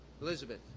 Elizabeth